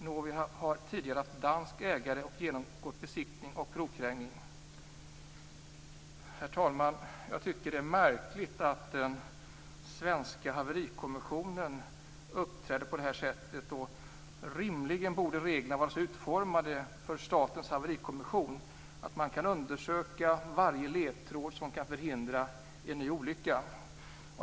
Novi har tidigare haft dansk ägare och genomgått besiktning och provkrängning. Herr talman! Jag tycker det är märkligt att den svenska haverikommissionen uppträder på detta sätt. Rimligen borde reglerna vara så utformade för Statens haverikommission att man kan undersöka varje ledtråd som kan förhindra en ny olycka.